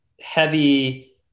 heavy